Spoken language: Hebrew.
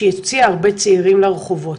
שהוציאה הרבה צעירים לרחובות.